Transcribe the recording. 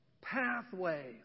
Pathway